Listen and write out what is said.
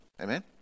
Amen